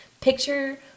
picture